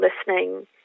listening